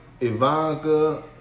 Ivanka